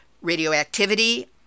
radioactivity